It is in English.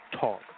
Talk